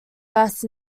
bass